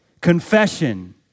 Confession